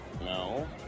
No